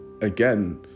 again